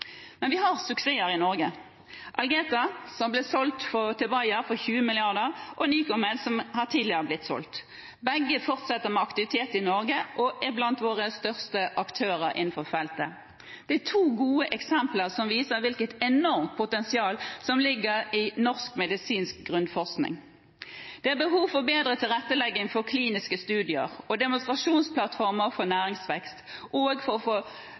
Men vi har suksesser i Norge: Algeta, som ble solgt til Bayer for 20 mrd. kr, og Nycomed, som tidligere har blitt solgt. Begge fortsetter med aktivitet i Norge og er blant våre største aktører innenfor feltet. Det er to gode eksempler som viser hvilket enormt potensial som ligger i norsk medisinsk grunnforskning. Det er behov for bedre tilrettelegging for kliniske studier og demonstrasjonsplattformer for næringsvekst og for å få